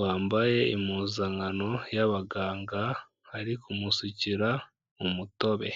wambaye impuzankano y'abaganga ari kumusukira umutobe.